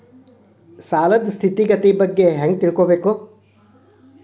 ಸಾಲದ್ ಸ್ಥಿತಿಗತಿ ಬಗ್ಗೆ ಹೆಂಗ್ ತಿಳ್ಕೊಬೇಕು?